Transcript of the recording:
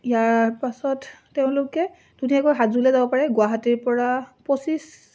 ইয়াৰ পাছত তেওঁলোকে ধুনীয়াকৈ হাজোলে যাব পাৰে গুৱাহাটীৰ পৰা পঁচিছ